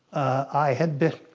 i had been,